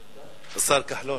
5312,